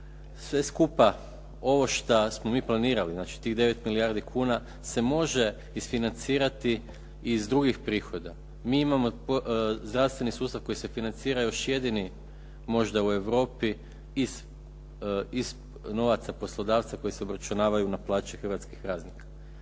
sve skupa ovo što smo mi planirali, znači tih 9 milijardi kuna se može isfinancirati iz drugih prihoda. Mi imamo zdravstveni sustav koji se financira, još jedini možda u Europi, iz novaca poslodavca koji se obračunavaju na plaće hrvatskih radnika.